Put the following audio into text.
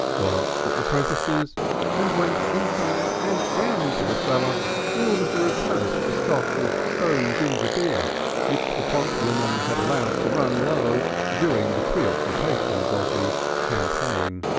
glanced at the prentices and went inside and down into the cellar in order to replenish the stock of stone ginger beer which the plump woman had allowed to run low during the preoccupations of the campaign.